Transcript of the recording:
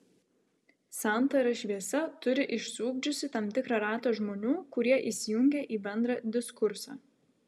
santara šviesa turi išsiugdžiusi tam tikrą ratą žmonių kurie įsijungia į bendrą diskursą